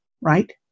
right